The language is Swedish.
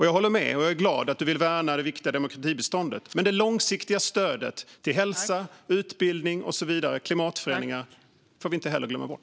Jag är glad att Magdalena Schröder vill värna det viktiga demokratibiståndet, men det långsiktiga stödet till hälsa och utbildning och mot klimatförändringar får vi inte heller glömma bort.